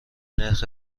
نرخ